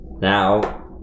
now